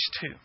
two